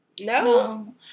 No